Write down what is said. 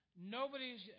Nobody's